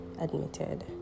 admitted